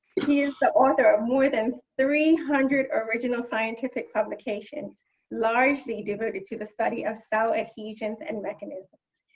he is the author of more than three hundred original scientific publications largely devoted to the study of cell adhesion and mechanisms.